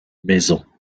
maisons